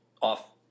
off